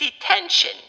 detention